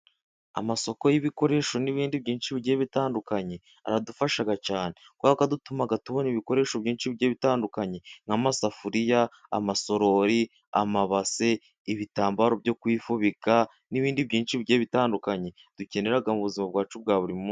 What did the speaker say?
Amasoko y'ibikoresho n'ibindi byinshi bigiye bitandukanye, aradufasha cyane kubera ko atuma tubona ibikoresho byinshi bigiye bitandukanye. Nk'amasafuriya, amasorori, amabase, ibitambaro byo kwifubika n'ibindi byinshi bitandukanye dukenera mu buzima bwacu bwa buri munsi.